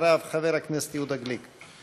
אחריו, חבר הכנסת יהודה גליק.